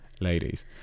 ladies